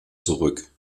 zurück